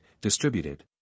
distributed